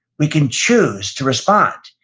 we can choose to respond.